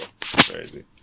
crazy